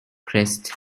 crest